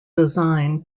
design